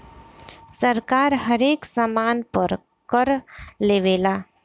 सरकार हरेक सामान पर कर लेवेला